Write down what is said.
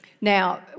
Now